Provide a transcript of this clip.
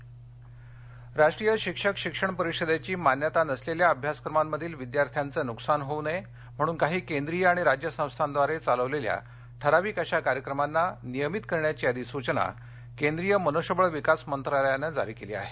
शिक्षकपात्रता राष्ट्रीय शिक्षक शिक्षण परिषदेची मान्यता नसलेल्या अभ्यासक्रमांमधील विद्यार्थ्यांचे नुकसान होऊ नये म्हणून काही केंद्रीय आणि राज्य संस्थांद्वारे चालविलेल्या ठराविक अशा कार्यक्रमांना नियमित करण्याची अधिसूचना केंद्रीय मनुष्यबळ विकास मंत्रालयानं जारी केली आहे